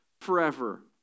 forever